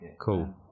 Cool